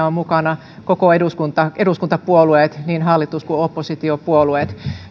ovat mukana kaikki eduskuntapuolueet niin hallitus kuin oppositiopuolueet